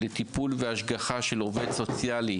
אם זה טיפול והשגחה של עובד סוציאלי,